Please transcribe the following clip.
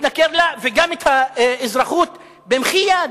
להתנכר לה, וגם את האזרחות, במחי יד,